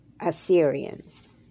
Assyrians